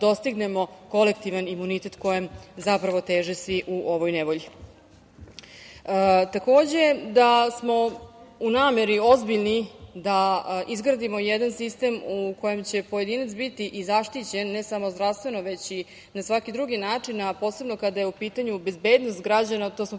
dostignemo kolektivan imunitet kojem zapravo teže svi u ovoj nevolji. Takođe da smo u nameri ozbiljni da izgradimo jedan sistem u kojem će pojedinac biti i zaštićen ne samo zdravstveno, već i na svaki drugi način, a posebno kada je u pitanju bezbednost građana, to smo pokazali